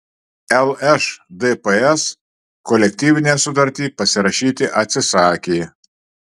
lšdps kolektyvinę sutartį pasirašyti atsisakė